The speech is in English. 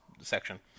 Section